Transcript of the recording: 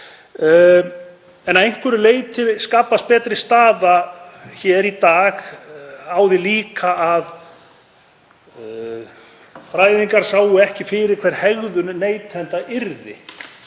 En að einhverju leyti skapast betri staða hér í dag af því að fræðingar sáu líka ekki fyrir hver hegðun neytenda yrði.